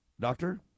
Doctor